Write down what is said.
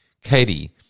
Katie